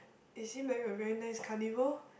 it seem like a very nice carnival